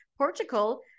Portugal